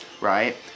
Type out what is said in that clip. Right